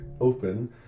open